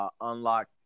unlock